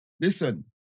Listen